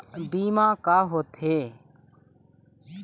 बीमा का होते?